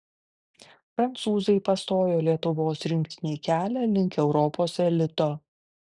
prancūzai pastojo lietuvos rinktinei kelią link europos elito